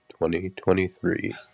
2023